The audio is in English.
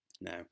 Now